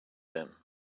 him